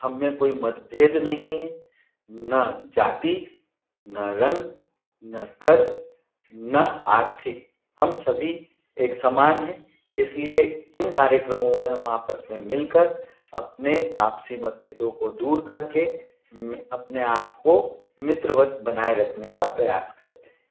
हममें कोई मतभेद नहीं है न जाती न रंग न कद न आर्थिक हम सभी एक समान हैं इसलिए इन कार्यक्रमों में हम आपस में मिल कर अपने आपसी मतभेदों को दूर कर के मि अपने आपको मित्रवत बनाए रखने का प्रयास करते हैं